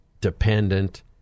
dependent